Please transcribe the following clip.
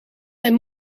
zijn